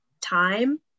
time